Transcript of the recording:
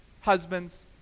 husbands